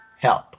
help